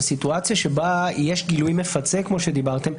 והסיטואציה שבה יש גילוי מפצה כמו שדיברתם,